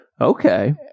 Okay